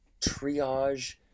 triage